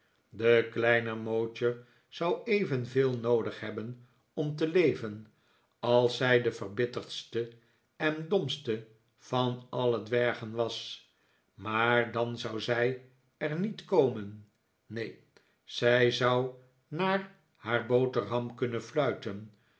de kleine mowcher zou evenveel noodig hebben om te leven als zij de verbitterdste en domste van alle dwergen was maar dan zou zij er niet komen neen zij zou naar haar boterham kunnen fluiten